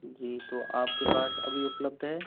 जी तो आपके पास अभी उपलब्ध है